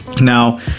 now